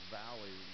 valley